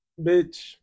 bitch